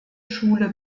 schule